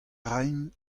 raimp